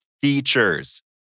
features